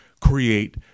create